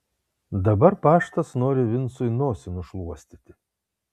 dabar paštas nori vincui nosį nušluostyti